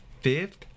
fifth